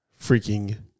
freaking